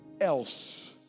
else